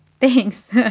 Thanks